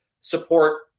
support